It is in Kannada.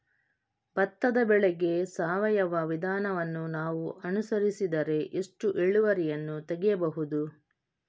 ಭತ್ತದ ಬೆಳೆಗೆ ಸಾವಯವ ವಿಧಾನವನ್ನು ನಾವು ಅನುಸರಿಸಿದರೆ ಎಷ್ಟು ಇಳುವರಿಯನ್ನು ತೆಗೆಯಬಹುದು?